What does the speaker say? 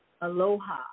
Aloha